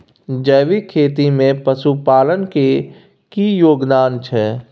जैविक खेती में पशुपालन के की योगदान छै?